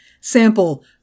sample